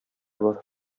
бар